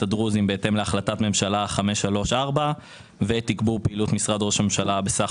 הדרוזים בהתאם להחלטת ממשלה 534 - ותגבור פעילות משרד ראש הממשלה בסך